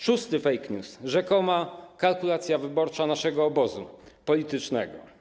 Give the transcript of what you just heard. Szósty fake news, rzekoma kalkulacja wyborcza naszego obozu politycznego.